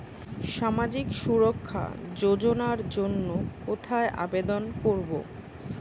সামাজিক সুরক্ষা যোজনার জন্য কোথায় আবেদন করব?